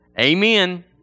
Amen